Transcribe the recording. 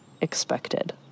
expected